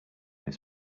his